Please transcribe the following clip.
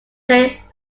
day